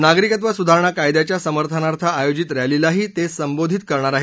नागरिकत्व सुधारणा कायद्याच्या समर्थनार्थ आयोजित रॅलीलाही ते संबोधित करणार आहेत